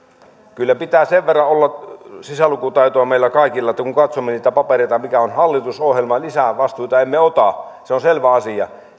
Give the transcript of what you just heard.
kyllä pitää sen verran olla sisälukutaitoa meillä kaikilla että kun katsomme niitä papereita sitä mikä on hallitusohjelma niin lisää vastuita emme ota se on selvä asia